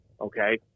Okay